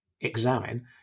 examine